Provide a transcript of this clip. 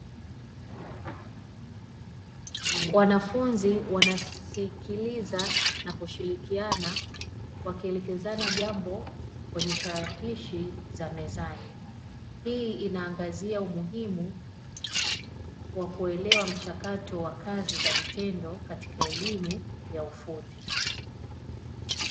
Wanafunzi wanasikiliza na kushirikiana, wakielekezana jambo kwenye tarakilishi za mezani. Hii inaangazia umuhimu wa kuelewa mchakato wa kazi za vitendo katika elimu ya ufundi.